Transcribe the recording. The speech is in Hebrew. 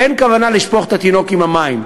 אין כוונה לשפוך את התינוק עם המים.